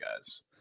guys